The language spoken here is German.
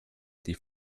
die